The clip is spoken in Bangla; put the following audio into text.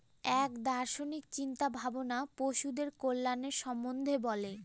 এক দার্শনিক চিন্তা ভাবনা পশুদের কল্যাণের সম্বন্ধে বলে